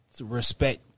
respect